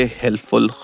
helpful